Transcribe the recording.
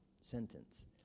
sentence